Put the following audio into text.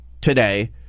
today